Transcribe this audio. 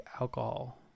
alcohol